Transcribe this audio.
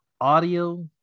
audio